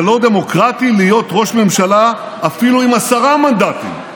לא דמוקרטי להיות ראש ממשלה אפילו עם עשרה מנדטים.